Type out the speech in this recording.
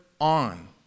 on